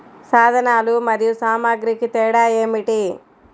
సాధనాలు మరియు సామాగ్రికి తేడా ఏమిటి?